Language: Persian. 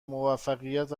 موفقیت